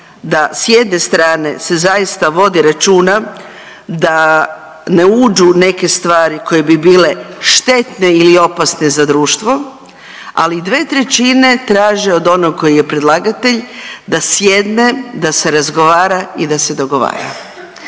da s jedne strane se zaista vodi računa da ne uđu u neke stvari koje bi bile štetne ili opasne za društvo, ali dve trećine traže od onog tko je predlagatelj, da sjedne, da se razgovara i da se dogovara.